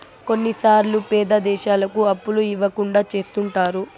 కొన్నిసార్లు పేద దేశాలకు అప్పులు ఇవ్వకుండా చెత్తుంటారు